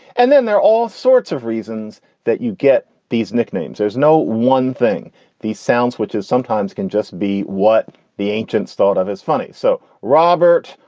and then they're all sorts of reasons that you get these nicknames. there's no one thing these sounds, which is sometimes can just be what the ancients thought of as funny. so robert,